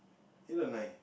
halo night